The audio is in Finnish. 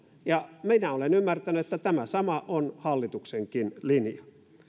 ja minä olen ymmärtänyt että tämä sama on hallituksenkin linja